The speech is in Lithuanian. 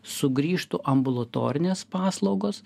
sugrįžtų ambulatorinės paslaugos